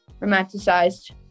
romanticized